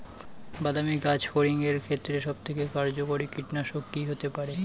বাদামী গাছফড়িঙের ক্ষেত্রে সবথেকে কার্যকরী কীটনাশক কি হতে পারে?